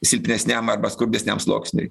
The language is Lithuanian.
silpnesniam arba skurdesniam sluoksniui